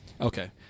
Okay